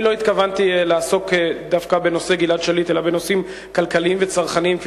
לא התכוונתי לעסוק דווקא בנושא גלעד שליט אלא בנושאים כלכליים וצרכניים,